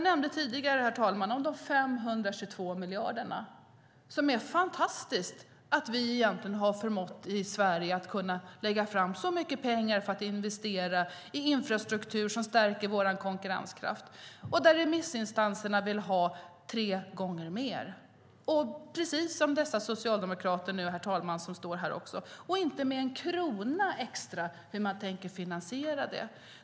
När det gäller de 522 miljarderna - det är fantastiskt att vi i Sverige har kunnat förmå att ta fram så mycket pengar till investeringar i infrastruktur som stärker vår konkurrenskraft - vill remissinstanserna ha tre gånger mer. Precis så står dessa socialdemokrater här, och de anger inte med en krona hur de tänker finansiera det.